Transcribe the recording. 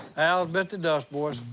al bit the dust, boys.